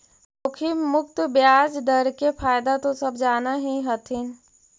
जोखिम मुक्त ब्याज दर के फयदा तो सब जान हीं हथिन